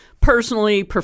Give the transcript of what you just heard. personally